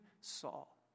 Saul